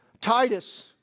Titus